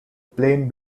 plain